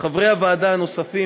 ולחברי הוועדה הנוספים,